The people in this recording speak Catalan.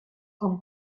com